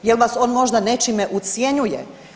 Je l' vas on možda nečime ucjenjuje?